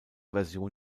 version